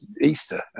Easter